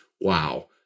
Wow